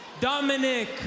Dominic